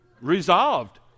resolved